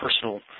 personal